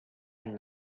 and